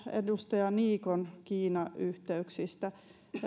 edustaja niikon kiina yhteyksistä